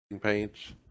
paints